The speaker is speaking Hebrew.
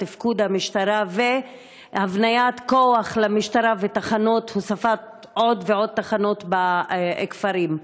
תפקוד המשטרה והבניית כוח למשטרה והוספת עוד ועוד תחנות בכפרים?